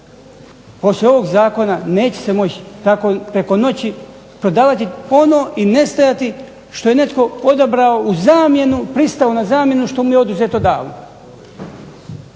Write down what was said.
Poslije ovog zakona neće se moći tako preko noći prodavati ono i nestajati što je netko odabrao u zamjenu, pristao na zamjenu, što mu je oduzeto davno.